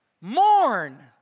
Mourn